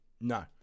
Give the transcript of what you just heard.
No